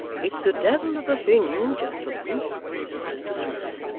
it's a devil of a thing, gentlemen said mr swiveller,